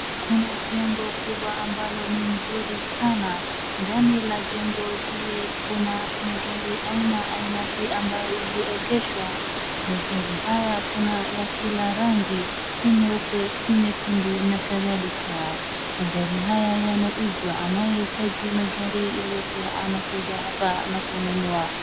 Kuna jengo kubwa ambalo ni mzuri sana, ndani ya jengo hili kuna magari aina ainati ambayo imeegeshwa, magari haya kuna aina ya kila rangi, si meupe si mekundu na kadhalika. Magari haya yanauzwa, anayehitaji gari yoyote anakuja hapa na kununua.